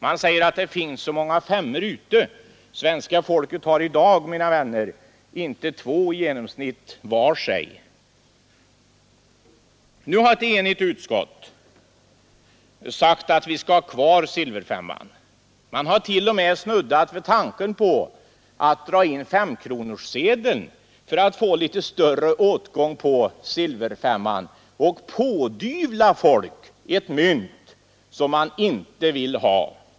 Man säger att det finns så många silverfemmor ute — men svenska folket har i dag, mina vänner, i genomsnitt inte två sådana Nu har ett enigt utskott sagt att vi skall ha kvar silverfemman. Man har till och med snuddat vid tanken på att dra in femkronesedeln för att få litet större åtgång på silverfemman och alltså pådyvla människor ett mynt som de inte vill ha.